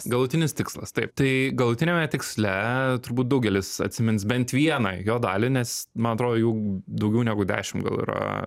galutinis tikslas taip tai galutiniame tiksle turbūt daugelis atsimins bent vieną jo dalį nes man atrodo jų daugiau negu dešimt gal yra